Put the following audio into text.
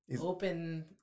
open